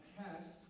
test